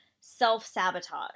self-sabotage